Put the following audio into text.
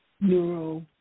Neuro